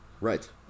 Right